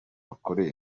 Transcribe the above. bakoreye